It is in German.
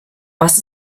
was